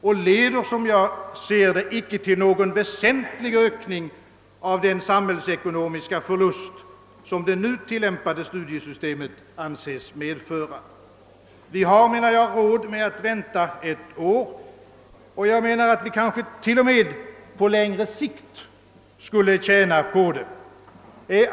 Det leder, som jag ser saken, inte till någon väsentlig ökning av den samhällsekonomiska förlust som det nu tilllämpade studiesystemet anses medföra. Vi har råd med att vänta ett år och vi skulle kanske på längre sikt till och med tjäna på det.